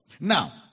Now